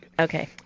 Okay